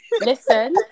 listen